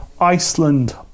Iceland